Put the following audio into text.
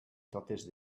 totes